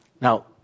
Now